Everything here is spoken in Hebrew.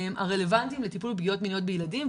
הרלוונטיים לטיפול בפגיעות מיניות בילדים.